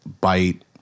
bite